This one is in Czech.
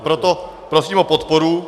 Proto prosím o podporu.